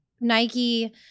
Nike